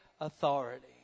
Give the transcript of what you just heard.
authority